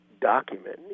document